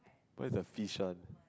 but it's a fish one